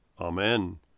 Amen